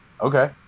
okay